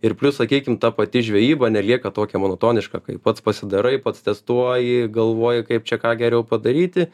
ir plius sakykim ta pati žvejyba nelieka tokia monotoniška kai pats pasidarai pats testuoji galvoji kaip čia ką geriau padaryti